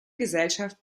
gesellschaft